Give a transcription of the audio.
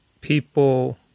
people